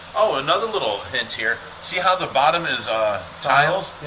ah another little hint here. see how the bottom is tiles?